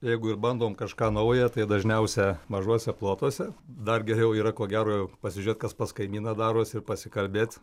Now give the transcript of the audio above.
jeigu ir bandom kažką naują tai dažniausia mažuose plotuose dar geriau yra ko gero pasižiūrėt kas pas kaimyną darosi ir pasikalbėt